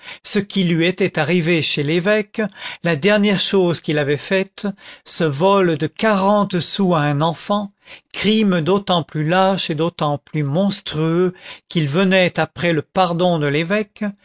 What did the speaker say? ce qui lui était arrivé chez l'évêque la dernière chose qu'il avait faite ce vol de quarante sous à un enfant crime d'autant plus lâche et d'autant plus monstrueux qu'il venait après le pardon de l'évêque